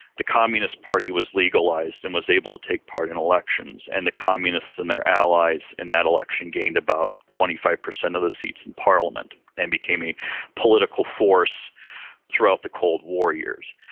the communist party was legalised and was able to take part in elections, and the communists and their allies in that election gained about twenty five per cent of the seats in parliament and became a political force throughout the cold war years.